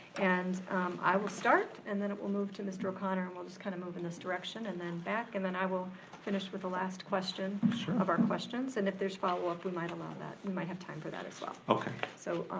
and i will start and then will move to mr. o'connor and we'll just kinda move in this direction and then back and then i will finish with the last question of our questions. and if there's follow-up we might allow that, we might have time for that as well. so,